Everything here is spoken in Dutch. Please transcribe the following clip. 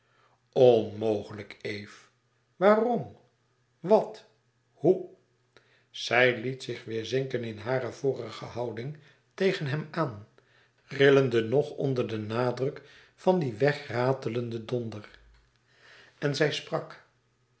onmogelijk eve waarom wat hoe zij liet zich weêr zinken in hare vorige houding tegen hem aan rillende nog onder den nadruk van dien weggeratelden donder en zij sprak